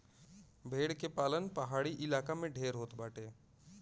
भेड़ के पालन पहाड़ी इलाका में ढेर होत बाटे